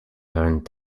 earned